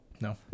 No